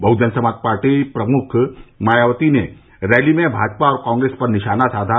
बहुजन Samaj Party प्रमुख मायावती ने rally में भाजपा और कांग्रेस पर निशाना साधा